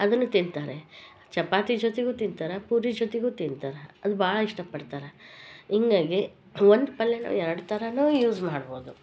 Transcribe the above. ಅದನ್ನು ತಿನ್ತಾರೆ ಚಪಾತಿ ಜೊತೆಗೂ ತಿಂತಾರೆ ಪೂರಿ ಜೊತೆಗೂ ತಿಂತಾರೆ ಅದು ಭಾಳ ಇಷ್ಟಾ ಪಡ್ತಾರ ಹಿಂಗಾಗಿ ಒಂದು ಪಲ್ಲೇನ ಎರಡು ಥರಾನೂ ಯೂಸ್ ಮಾಡ್ಬೋದು